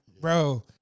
Bro